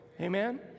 Amen